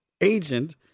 agent